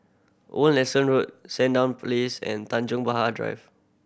Old Nelson Road Sandown Place and Tanjong Drive